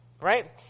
Right